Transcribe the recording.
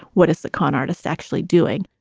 what is the con artist actually doing?